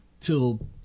till